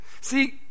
See